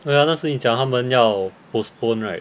oh ya 那时你讲他们要 postpone right